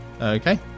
Okay